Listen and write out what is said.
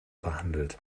behandelt